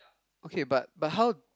okay but how how